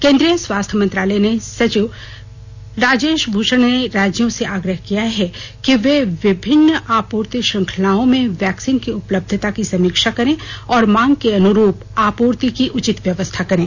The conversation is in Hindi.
केंद्रीय स्वास्थ्य मंत्रालय में सचिव राजेश भूषण ने राज्यों से आग्रह किया है कि वे विभिन्न आपूर्ति श्रृंखलाओं में वैक्सीन की उपलब्धता की समीक्षा करें और मांग के अनुरूप आपूर्ति की उचित व्यवस्था करें